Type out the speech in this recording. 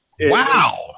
wow